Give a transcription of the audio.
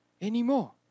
anymore